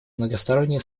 многостороннее